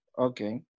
Okay